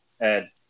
Ed